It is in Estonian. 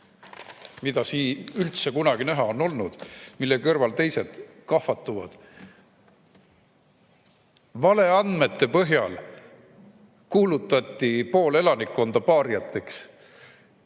mida siin üldse kunagi näha on olnud ja mille kõrval teised kahvatuvad. Valeandmete põhjal kuulutati pool elanikkonda paariateks,